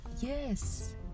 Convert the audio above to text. yes